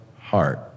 heart